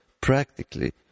practically